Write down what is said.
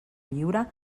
lliure